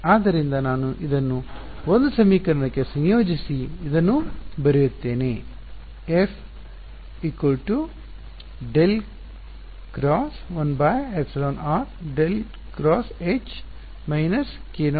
ಆದ್ದರಿಂದ ನಾನು ಇದನ್ನು 1 ಸಮೀಕರಣಕ್ಕೆ ಸಂಯೋಜಿಸಿ ಇದನ್ನು ಬರೆಯುತ್ತೇನೆ ಸರಿನಾ